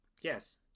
yes